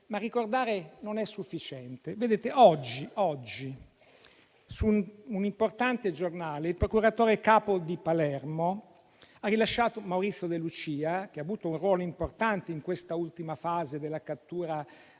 ma ricordare non è sufficiente. Oggi, su un importante giornale il procuratore capo di Palermo, Maurizio De Lucia, che ha avuto un ruolo importante nell'ultima fase della cattura